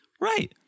Right